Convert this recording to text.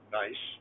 nice